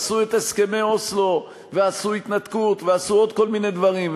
עשו את הסכמי אוסלו ועשו התנתקות ועשו עוד כל מיני דברים,